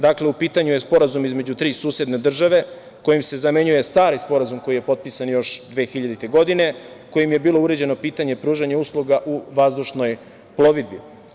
Dakle, u pitanju je sporazum između tri susedne države, kojim se zamenjuje stari sporazum koji je potpisan još 2000. godine, kojim je bilo uređeno pitanje pružanja usluga u vazdušnoj plovidbi.